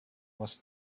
was